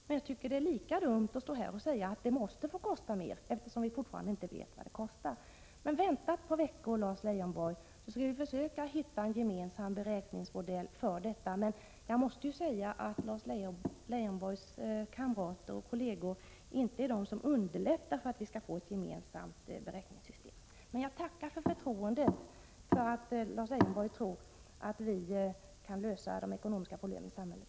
Men jag tycker att det är lika dumt att stå här och säga att det måste få kosta mer när vi fortfarande inte vet vad det kostar. Vänta ett par veckor, Lars Leijonborg, så skall vi försöka hitta en gemensam beräkningsmodell för detta. Men jag måste säga att Lars Leijonborgs kamrater och kolleger inte är de som underlättar framtagandet av ett gemensamt beräkningssystem. Men jag tackar för förtroendet att Lars Leijonborg tror att vi kan lösa de ekonomiska problemen i samhället.